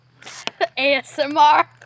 ASMR